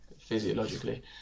physiologically